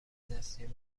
دستی